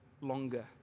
longer